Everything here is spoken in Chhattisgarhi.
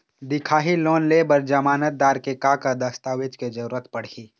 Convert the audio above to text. दिखाही लोन ले बर जमानतदार के का का दस्तावेज के जरूरत पड़ही?